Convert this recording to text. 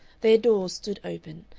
their doors stood open,